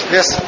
Yes